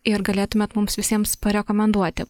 ir galėtumėt mums visiems parekomenduoti